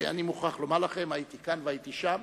אני מוכרח לומר לכם שהייתי כאן והייתי שם,